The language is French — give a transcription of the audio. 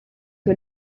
que